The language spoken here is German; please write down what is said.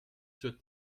zur